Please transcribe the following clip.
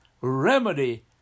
Remedy